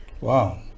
Wow